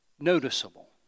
Noticeable